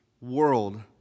world